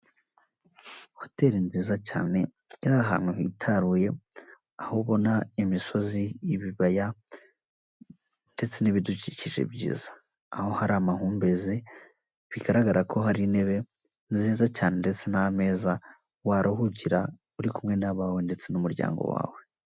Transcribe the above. Hoteli nziza cyane yari ahantu hitaruye aho ubona imisozi, ibibaya ndetse n'ibidukikije byiza, aho hari amahumbezi bigaragara ko hari intebe nziza cyane ndetse n'ameza waruhukira uri kumwe n'abawe ndetse n'umuryango wawe.